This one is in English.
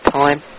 time